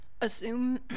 assume